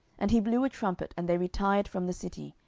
and he blew a trumpet, and they retired from the city,